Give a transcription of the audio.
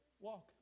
Walk